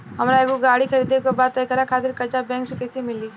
हमरा एगो गाड़ी खरीदे के बा त एकरा खातिर कर्जा बैंक से कईसे मिली?